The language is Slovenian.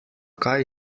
kaj